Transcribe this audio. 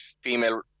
female